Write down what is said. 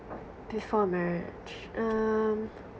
before marriage um